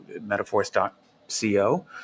metaphors.co